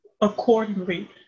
Accordingly